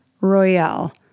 Royale